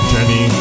Jenny